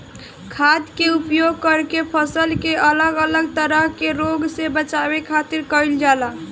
खाद्य के उपयोग करके फसल के अलग अलग तरह के रोग से बचावे खातिर कईल जाला